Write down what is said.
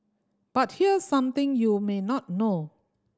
but here's something you may not know